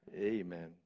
Amen